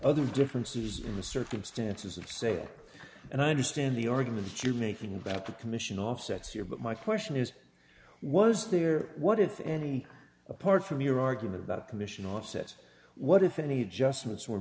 other differences in the circumstances of sale and i understand the argument you're making about the commission offsets your but my question is was there what if any apart from your argument about conditional offsets what if any justice were